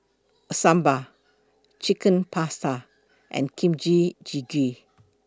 Sambar Chicken Pasta and Kimchi Jjigae